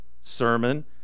sermon